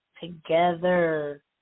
together